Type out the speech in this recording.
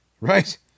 Right